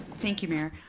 thank you mayor.